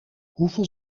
hoeveel